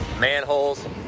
manholes